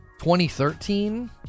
2013